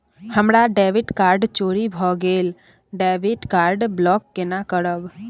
हमर debit card चोरी भगेलै डेबिट कार्ड ब्लॉक केना करब?